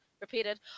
repeated